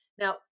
now